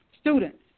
students